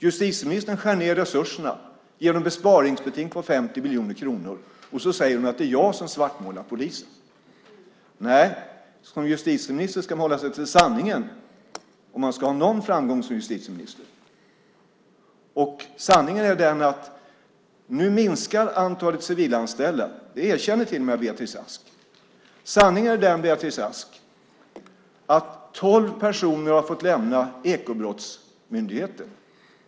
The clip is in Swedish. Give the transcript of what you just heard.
Justitieministern skär ned på resurserna och ger dem ett sparbeting på 50 miljoner kronor och säger att det är jag som svartmålar polisen. Nej, som justitieminister ska man hålla sig till sanningen om man ska ha någon framgång som justitieminister! Sanningen är att nu minskar antalet civilanställda. Det erkänner till och med Beatrice Ask. Sanningen är, Beatrice Ask, att tolv personer har fått lämna Ekobrottsmyndigheten.